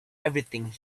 everything